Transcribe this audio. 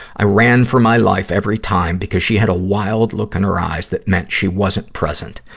i ran for my life every time, because she had a wild look in her eyes that meant she wasn't present.